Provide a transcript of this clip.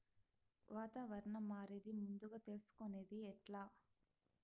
వాతావరణం మారేది ముందుగా తెలుసుకొనేది ఎట్లా?